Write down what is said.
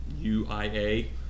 u-i-a